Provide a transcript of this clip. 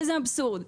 איזה אבסורד.